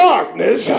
Darkness